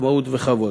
לעצמאות ולכבוד.